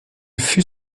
fut